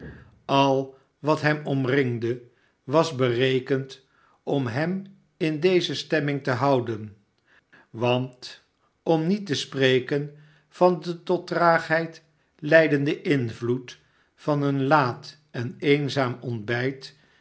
al wat hem omringde was berekend om hem in deze stemming te hoiiden want om niet te spreken van den tot traagheid leidenden invloed van een laat en eenzaam ontbijt